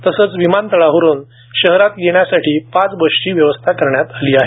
तसेच विमानतळावरून शहरात येण्यासाठी पाच बसची व्यवस्था करण्यात आली आहे